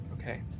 Okay